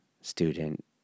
student